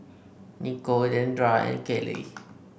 Nikko Deandra and Kaley